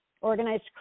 organized